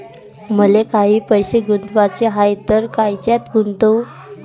मले काही पैसे गुंतवाचे हाय तर कायच्यात गुंतवू?